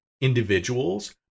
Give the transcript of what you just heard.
individuals